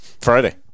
friday